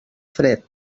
fred